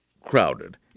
crowded